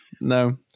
no